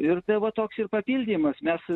ir tai va toks ir papildymas mes